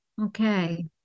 Okay